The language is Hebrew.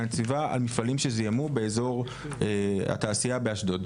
הסביבה על מפעלים שזיהמו באזור התעשייה באשדוד?